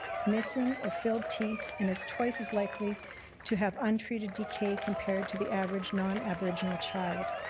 missing or filled teeth and is twice as likely to have untreated decay compared to the average nonaboriginal child.